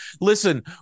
Listen